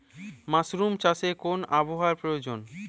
Mushroom চাষে কেমন আবহাওয়ার প্রয়োজন?